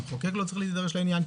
המחוקק לא צריך להידרש לעניין,